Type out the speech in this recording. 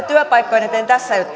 työpaikkojen eteen tässä yhteydessä